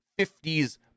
50s